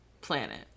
planet